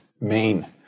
main